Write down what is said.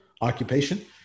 occupation